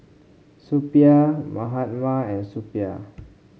Suppiah Mahatma and Suppiah